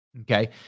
okay